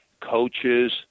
coaches